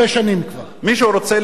מישהו רוצה לבחון אותנו?